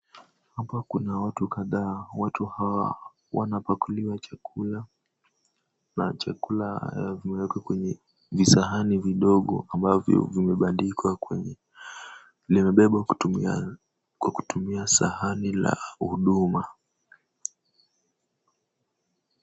Hapa kuna watu kadha, watu hawa wanapakuliwa chakula na chakula zimewekwa kwenye visahani vidogo ambavyo vimebandikwa kwenye, vinabebwa kwa kutumia sahani la huduma.